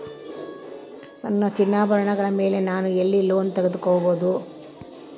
ನನ್ನ ಚಿನ್ನಾಭರಣಗಳ ಮೇಲೆ ನಾನು ಎಲ್ಲಿ ಲೋನ್ ತೊಗೊಬಹುದು?